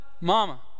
mama